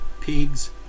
pigs